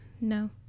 No